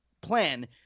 plan